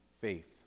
faith